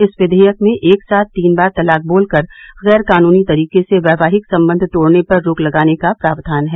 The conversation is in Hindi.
इस विधेयक में एक साथ तीन बार तलाक बोलकर गैर कानूनी तरीके से वैवाहिक संबंध तोड़ने पर रोक लगाने का प्रावधान है